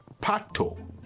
pato